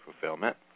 fulfillment